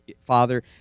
Father